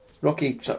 rocky